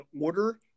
order